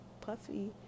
Puffy